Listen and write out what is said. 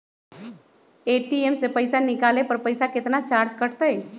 ATM से पईसा निकाले पर पईसा केतना चार्ज कटतई?